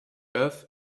earth